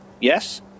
yes